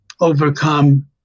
overcome